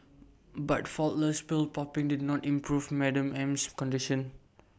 but faultless pill popping did not improve Madam M's condition